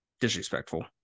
Disrespectful